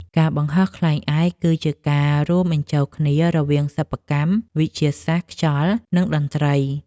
ការបង្ហោះខ្លែងឯកគឺជាការរួមបញ្ចូលគ្នារវាងសិប្បកម្ម វិទ្យាសាស្ត្រខ្យល់ និងតន្ត្រី។